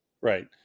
Right